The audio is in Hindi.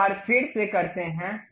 एक बार फिर से करते हैं